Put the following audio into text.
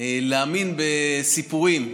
להאמין בסיפורים.